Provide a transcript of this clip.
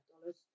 dollars